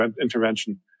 intervention